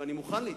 ואני מוכן להתעמת,